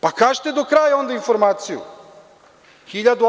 Pa, kažite do kraja onda informaciju.